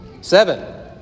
Seven